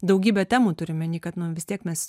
daugybę temų turiu omeny kad nu vistiek mes